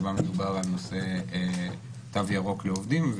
שבה מדובר על נושא תו ירוק לעובדים,